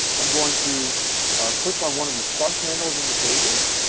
um going to click on one of these plus handles in the pages.